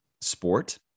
sport